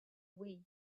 wii